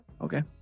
Okay